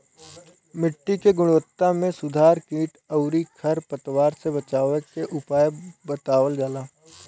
मिट्टी के गुणवत्ता में सुधार कीट अउरी खर पतवार से बचावे के उपाय बतावल जाला